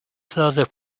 further